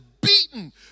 beaten